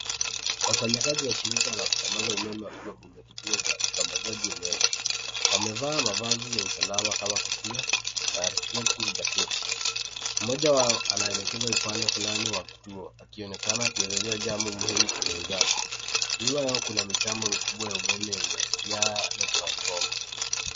Wafanyikazi wa shirika la kusambaza umeme wametoka kwenye kituo cha usambazaji umeme. Wamevaa mavazi ya usalama kama kofia na reflective jacketi . Mmoja wao anaelekeza upande fulani wa kituo akionekana kuelezea jambo muhimu mwenzake. Nyuma yao kuna mitambo mkubwa wa umeme yenye nyaya ya transfoma.